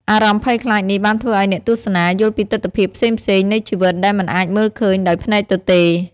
អារម្មណ៍ភ័យខ្លាចនេះបានធ្វើឲ្យអ្នកទស្សនាយល់ពីទិដ្ឋភាពផ្សេងៗនៃជីវិតដែលមិនអាចមើលឃើញដោយភ្នែកទទេ។